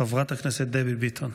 חברת הכנסת דבי ביטון.